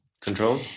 control